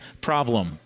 problem